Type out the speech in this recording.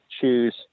choose